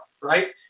right